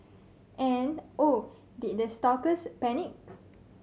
and oh did the stalkers panic